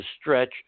stretch